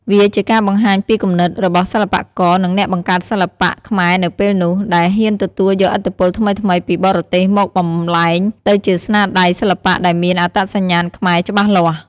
វាជាការបង្ហាញពីគំនិត របស់សិល្បករ និងអ្នកបង្កើតសិល្បៈខ្មែរនៅពេលនោះ ដែលហ៊ានទទួលយកឥទ្ធិពលថ្មីៗពីបរទេសមកបំប្លែងទៅជាស្នាដៃសិល្បៈដែលមានអត្តសញ្ញាណខ្មែរច្បាស់លាស់។